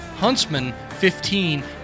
Huntsman15